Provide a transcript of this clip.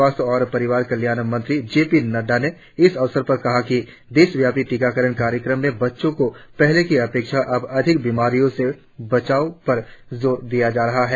स्वास्थ्य और परिवार कल्याण मंत्री जे पी नड्डा ने इस अवसर पर कहा कि देशव्यापी टीकाकरण कार्यक्रम में बच्चों को पहले की अपेक्षा अब अधिक बीमारियों से बचाने पर जोर दिया जा रहा है